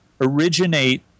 originate